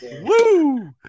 Woo